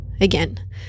again